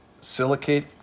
silicate